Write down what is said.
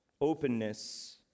Openness